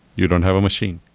you don't have a machine.